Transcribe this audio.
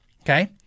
okay